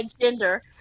gender